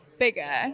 Bigger